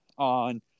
on